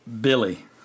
Billy